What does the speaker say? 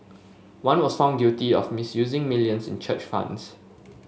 one was found guilty of misusing millions in church funds